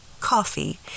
coffee